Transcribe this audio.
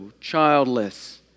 childless